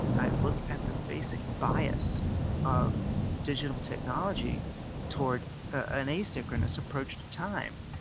i looked at the basic bias of digital technology towards an asynchronous approach to time.